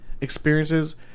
experiences